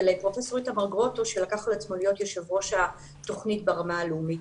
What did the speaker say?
ולפרופ' איתמר גרוטו שלקח על עצמו להיות יושב ראש התוכנית ברמה הלאומית.